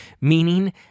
meaning